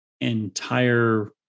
entire